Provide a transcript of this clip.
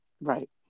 Right